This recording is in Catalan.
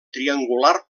triangular